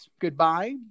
goodbye